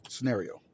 Scenario